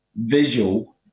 visual